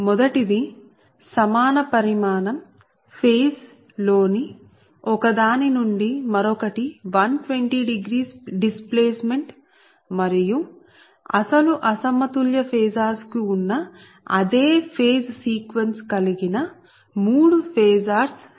మొదటిది సమాన పరిమాణం ఫేజ్ లో ఒకదాని నుండి మరొకటి 1200 డిస్ప్లేసెమెంట్ displacement స్థానభ్రంశం మరియు అసలు అసమతుల్య ఫేసార్స్ కు ఉన్న అదే ఫేజ్ సీక్వెన్స్ కలిగిన మూడు ఫేసార్స్ సెట్